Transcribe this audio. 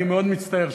אני מאוד מצטער,